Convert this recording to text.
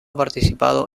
participado